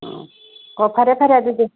ꯎꯝ ꯑꯣ ꯐꯔꯦ ꯐꯔꯦ ꯑꯗꯨꯗꯤ